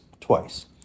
twice